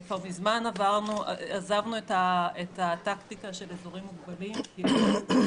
כבר מזמן עזבנו את הטקטיקה של אזורים מוגבלים --- באזורים